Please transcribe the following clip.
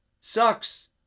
sucks